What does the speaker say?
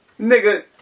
Nigga